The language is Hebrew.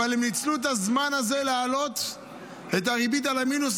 אבל הם ניצלו את הזמן הזה להעלות את הריבית על המינוס.